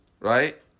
Right